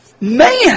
Man